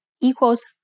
equals